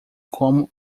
como